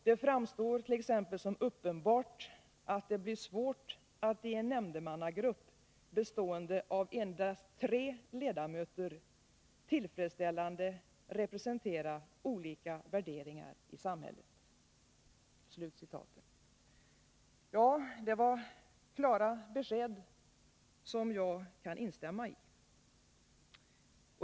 Det framstår t.ex. som uppenbart att det blir svårt att i en nämndemannagrupp bestående endast av tre ledamöter tillfredsställande representera olika värderingar i samhället.” Det är klara besked, som jag kan instämma i.